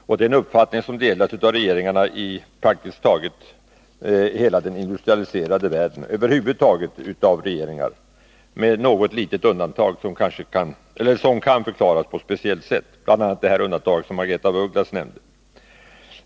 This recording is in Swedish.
Detta är en uppfattning som delas av regeringarna i praktiskt taget hela den industrialiserade världen — ja, av regeringar över huvud taget, med något litet undantag som kan förklaras på ett speciellt sätt. Det gäller bl.a. det undantag som Margaretha af Ugglas nämnde.